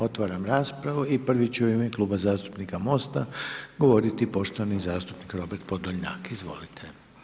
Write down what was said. Otvaram raspravu i prvi će u ime Kluba zastupnika MOST-a govoriti poštovani zastupnik Robert Podolnjak, izvolite.